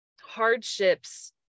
hardships